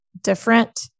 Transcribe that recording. different